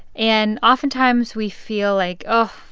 and oftentimes, we feel like, oh,